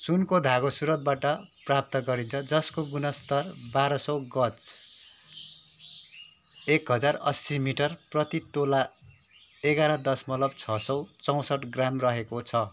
सुनको धागो सुरतबाट प्राप्त गरिन्छ जसको गुणस्तर बाह्र सय गज एक हजार अस्सी मिटर प्रतितोला एघार दसमलक छ सय चौसठ ग्राम रहेको छ